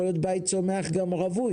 יכול להיות בית צומח שהוא רווי.